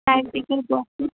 এক দিকে গর্ত